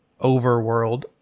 overworld